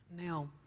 Now